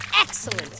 Excellent